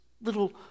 little